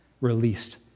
released